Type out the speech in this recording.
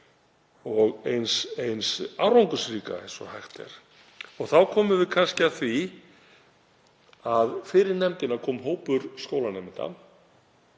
og eins árangursríka og hægt er. Þá komum við kannski að því að fyrir nefndina kom hópur skólanemenda,